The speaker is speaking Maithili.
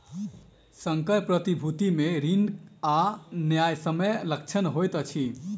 संकर प्रतिभूति मे ऋण आ न्यायसम्य लक्षण होइत अछि